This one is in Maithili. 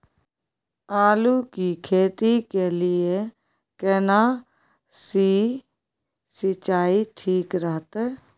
आलू की खेती के लिये केना सी सिंचाई ठीक रहतै?